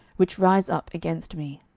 which rise up against me.